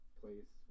place